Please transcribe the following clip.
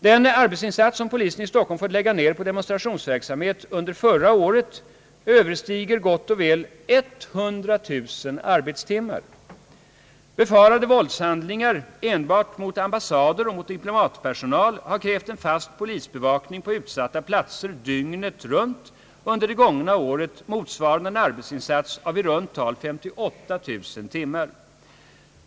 Den arbetsinsats som polisen i Stockholm fått lägga ned på demonstrationsverksamhet under förra året överstiger gott och väl 100 000 arbetstimmar. Befarade våldshandlingar enbart mot ambassader och diplomatpersonal har krävt en polisövervakning på utsatta platser dygnet runt under det gångna året, motsvarande en arbetsinsats av i runt tal 58 000 timmar.